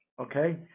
Okay